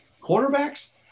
Quarterbacks